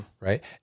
right